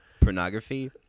pornography